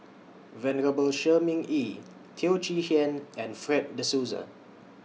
Venerable Shi Ming Yi Teo Chee Hean and Fred De Souza